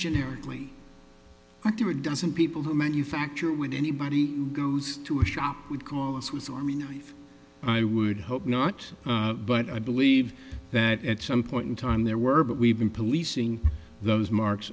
generically i do it doesn't people who manufacture when anybody goes to a shop would call a swiss army knife i would hope not but i believe that at some point in time there were but we've been policing those marks